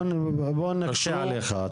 אני רוצה להקשות עליך,